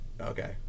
Okay